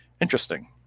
interesting